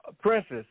Princess